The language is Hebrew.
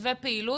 מתווה פעילות,